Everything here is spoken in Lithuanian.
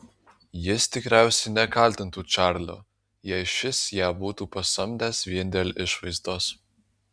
jis tikriausiai nekaltintų čarlio jei šis ją būtų pasamdęs vien dėl išvaizdos